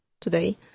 today